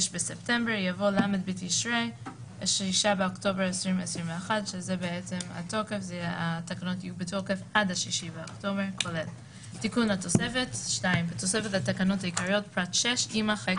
בספטמבר 2021) יבוא "ל' בתשרי התשפ"ב (6 באוקטובר 2021). תיקון לתוספת בתוספת לתקנות העיקריות פרט (6) יימחק.